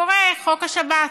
קורה חוק השבת.